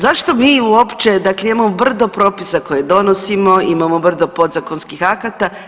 Zašto mi uopće dakle imamo brdo propisa koje donosimo, imamo brdo podzakonskih akata.